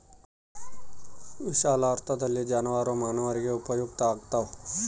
ವಿಶಾಲಾರ್ಥದಲ್ಲಿ ಜಾನುವಾರು ಮಾನವರಿಗೆ ಉಪಯುಕ್ತ ಆಗ್ತಾವ